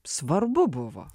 svarbu buvo